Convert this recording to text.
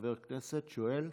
חבר כנסת שואל,